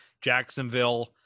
Jacksonville